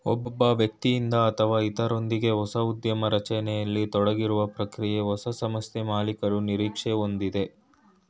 ಒಬ್ಬ ವ್ಯಕ್ತಿಯಿಂದ ಅಥವಾ ಇತ್ರರೊಂದ್ಗೆ ಹೊಸ ಉದ್ಯಮ ರಚನೆಯಲ್ಲಿ ತೊಡಗಿರುವ ಪ್ರಕ್ರಿಯೆ ಹೊಸ ಸಂಸ್ಥೆಮಾಲೀಕರು ನಿರೀಕ್ಷೆ ಒಂದಯೈತೆ